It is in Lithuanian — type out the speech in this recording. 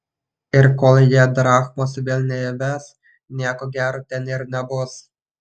ir kol jie drachmos vėl neįves nieko gero ten ir nebus